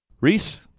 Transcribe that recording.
Reese